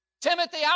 Timothy